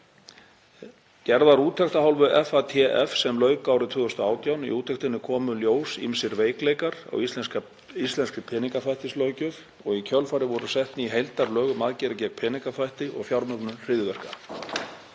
Gerð var úttekt af hálfu FATF sem lauk árið 2018. Í úttektinni komu í ljós ýmsir veikleikar á íslenskri peningaþvættislöggjöf og í kjölfarið voru sett ný heildarlög um aðgerðir gegn peningaþvætti og fjármögnun hryðjuverka.